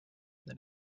than